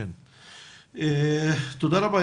תודה רבה.